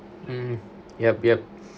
um yup yup